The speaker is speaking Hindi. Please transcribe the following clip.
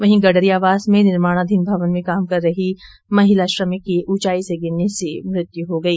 वहीं गडरिया वास में निर्माणाधीन भवन में काम कर रही महिला श्रमिक की ऊंचाई से गिरने से मृत्यु हो गई